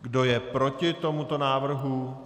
Kdo je proti tomuto návrhu?